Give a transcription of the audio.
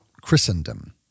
Christendom